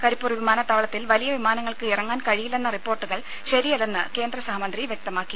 കരിപ്പൂർ വിമാനത്താവളത്തിൽ വലിയ വിമാനങ്ങൾക്ക് ഇറങ്ങാൻ കഴിയില്ലെന്ന റിപ്പോർട്ടുകൾ ശരിയല്ലെന്ന് കേന്ദ്രസഹമന്ത്രി വ്യക്തമാക്കി